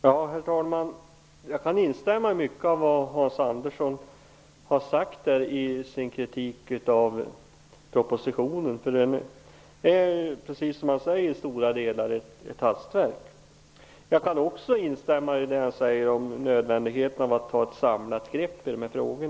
Herr talman! Jag kan instämma i mycket av det som Hans Andersson har sagt när han kritiserade propositionen. Precis som han säger är den till stora delar ett hastverk. Jag kan också instämma i det han säger om nödvändigheten av att ta ett samlat grepp i dessa frågor.